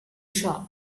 shop